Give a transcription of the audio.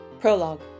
Prologue